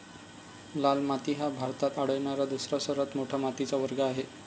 लाल माती हा भारतात आढळणारा दुसरा सर्वात मोठा मातीचा वर्ग आहे